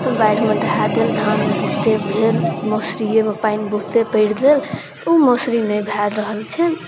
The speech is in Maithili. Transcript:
बाढ़िमे दहा गेल धान बहुते भेल मौसरिएमे पानि बहुते पड़ि गेल तऽ ओ मौसरी नहि भऽ रहल छै